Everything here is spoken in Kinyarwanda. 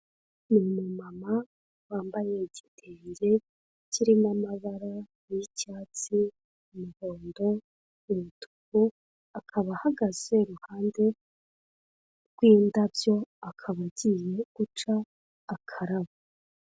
Umumama wambaye igitenge kirimo amabara y'icyatsi, umuhondo, umutuku, akaba ahagaze iruhande rw'indabyo, akaba agiye guca akarabo.